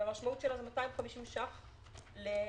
והמשמעות שלה היא 250 ₪ לניצול.